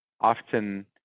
often